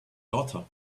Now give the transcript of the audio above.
daughter